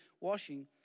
washing